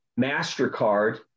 MasterCard